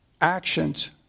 actions